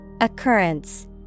Occurrence